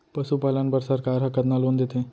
पशुपालन बर सरकार ह कतना लोन देथे?